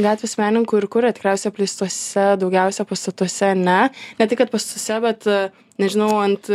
gatvės menininkų ir kur tikriausiai apleistuose daugiausia pastatuose ne ne tai kad pastatuose bet nežinau ant